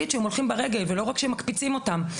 שהם הולכים ברגל ולא רק שמקפיצים אותם.